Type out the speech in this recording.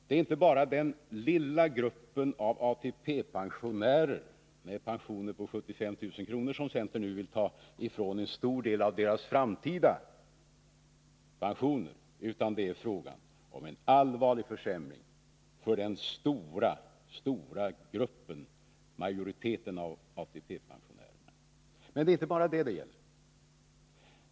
Det är inte bara fråga om den lilla gruppen ATP-pensionärer med pensioner på 75 000 kr., som centern nu vill ta ifrån en stor del av de framtida pensionerna, utan det är fråga om en allvarlig försämring för den stora majoriteten av ATP-pensionärer. Men det gäller inte bara det.